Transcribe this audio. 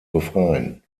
befreien